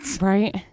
Right